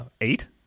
eight